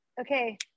okay